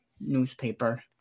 newspaper